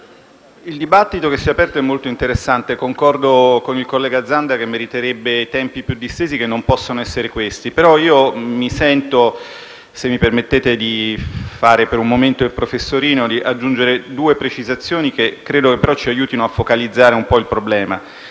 il dibattito che si è aperto è molto interessante e concordo con il collega Zanda sul fatto che meriterebbe tempi più distesi che non possono essere questi. Se mi permettete, però, di fare un momento il professorino, vorrei aggiungere due precisazioni che credo ci aiutino a focalizzare il problema.